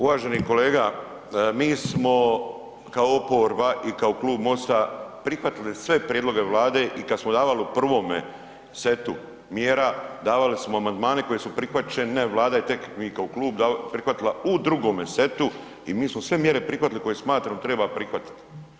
Uvaženi kolega, mi smo kao oporba i kao Klub MOST-a prihvatili sve prijedloge Vlade i kad smo davali u prvome setu mjera davali smo amandmane koji su prihvaćene, Vlada je tek, mi kao klub, prihvatila u drugome setu i mi smo sve mjere prihvatili koje smatramo da treba prihvatit.